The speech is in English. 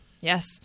yes